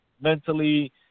mentally